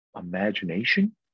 imagination